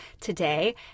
today